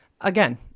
Again